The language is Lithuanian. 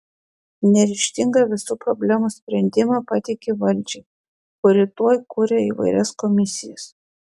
neryžtinga visų problemų sprendimą patiki valdžiai kuri tuoj kuria įvairias komisijas